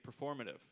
performative